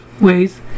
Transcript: ways